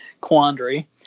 quandary